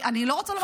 אני לא רוצה לומר,